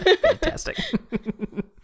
Fantastic